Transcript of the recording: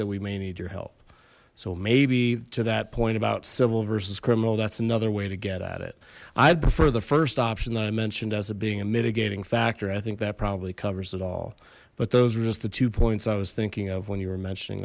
that we may need your help so maybe to that point about civil versus criminal that's another way to get at it i'd prefer the first option that i mentioned as it being a mitigating factor i think that probably covers it all but those were just the two points i was thinking of when you were mentioning